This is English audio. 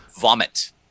Vomit